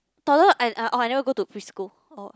toddler and orh I never go to preschool oh